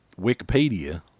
Wikipedia